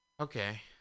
Okay